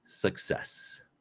success